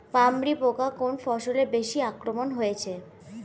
পামরি পোকা কোন ফসলে বেশি আক্রমণ হয়েছে?